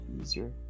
easier